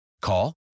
Call